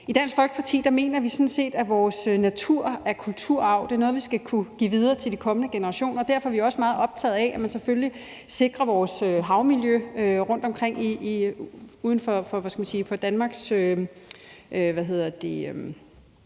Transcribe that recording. I Dansk Folkeparti mener vi sådan set, at vores natur er kulturarv. Det er noget, vi skal kunne give videre til de kommende generationer, og derfor er vi også meget optagede af, at man selvfølgelig sikrer vores havmiljø rundtomkring ud for Danmarks